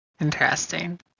interesting